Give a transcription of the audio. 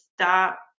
stop